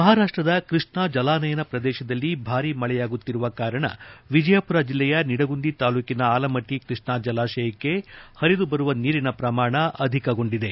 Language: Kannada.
ಮಹಾರಾಷ್ನದ ಕೃಷ್ಣಾ ಜಲಾನಯನ ಶ್ರದೇಶದಲ್ಲಿ ಭಾರಿ ಮಕೆಯಾಗುತ್ತಿರುವ ಕಾರಣ ವಿಜಯಪುರ ಜಿಲ್ಲೆಯ ನಿಡಗುಂದಿ ತಾಲೂಕಿನ ಆಲಮಟ್ಟ ಕೃಷ್ಣಾ ಜೀವಿಯಲ್ಲಿ ಕಾರ್ಯಕ್ಷಿಗಳನ್ನು ಹರಿದು ಬರುವ ನೀರಿನ ಪ್ರಮಾಣ ಅಧಿಕಗೊಂಡಿದೆ